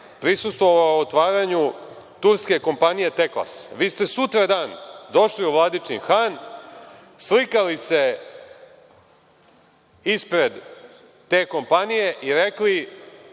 prisustvovao otvaranju turske kompanije „Teklas“. Vi ste sutradan došli u Vladičin Han, slikali se ispred te kompanije i rekli